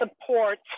support